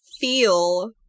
feel